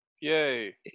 yay